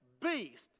Beast